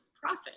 profit